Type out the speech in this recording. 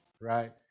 right